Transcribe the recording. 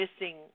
missing